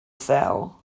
cell